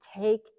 take